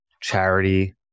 charity